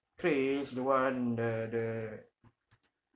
craze the one the the